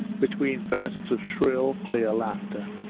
between bursts of shrill, clear laughter.